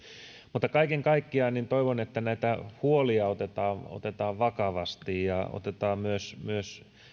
mutta kaiken kaikkiaan toivon että näitä huolia otetaan otetaan vakavasti ja otetaan myös myös